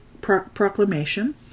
proclamation